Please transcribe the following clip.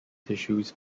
tissues